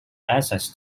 access